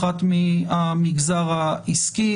האחת מהמגזר העסקי.